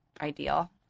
ideal